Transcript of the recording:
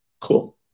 Cool